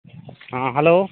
ହଁ ହେଲୋ